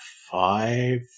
five